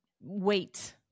wait